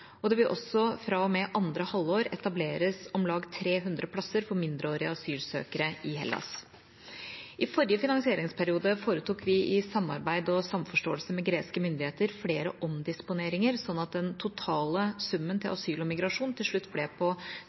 og det vil også fra og med andre halvår etableres om lag 300 plasser for mindreårige asylsøkere i Hellas. I forrige finansieringsperiode foretok vi i samarbeid og samforståelse med greske myndigheter flere omdisponeringer sånn at den totale summen til asyl og migrasjon til slutt ble på